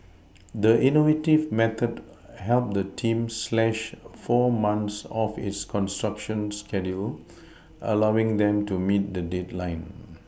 the innovative method helped the team slash four months off its construction schedule allowing them to meet the deadline